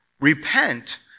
Repent